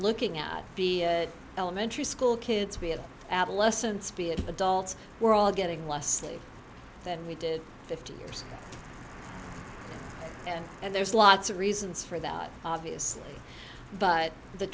looking at the elementary school kids being adolescents being adults we're all getting less than we did fifty years and there's lots of reasons for that obviously but the